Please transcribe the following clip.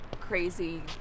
crazy